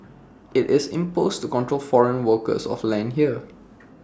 IT is imposed to control foreign ownership of land here